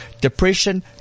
depression